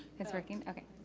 it's working. okay.